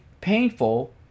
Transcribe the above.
Painful